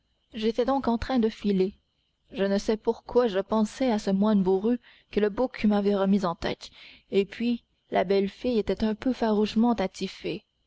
j'étais donc en train de filer je ne sais pourquoi je pensais à ce moine bourru que le bouc m'avait remis en tête et puis la belle fille était un peu farouchement attifée